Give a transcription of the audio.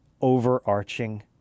overarching